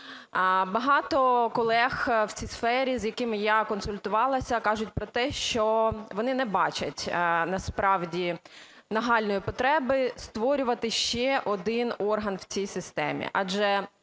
Багато колег в цій сфері, з якими я консультувалася, кажуть про те, що вони не бачать насправді нагальної потреби створювати ще один орган в цій системі,